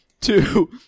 two